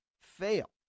fail